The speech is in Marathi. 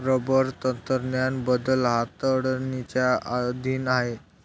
रबर तंत्रज्ञान बदल हाताळणीच्या अधीन आहे